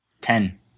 Ten